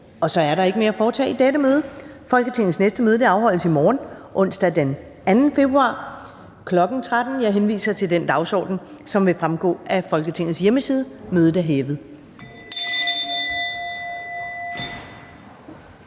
Så er der ikke mere at foretage i dette møde. Folketingets næste møde afholdes i morgen, onsdag den 2. februar 2022, kl. 13.00. Jeg henviser til den dagsorden, som vil fremgå af Folketingets hjemmeside. Mødet er hævet.